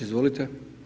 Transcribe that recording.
Izvolite.